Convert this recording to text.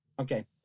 Okay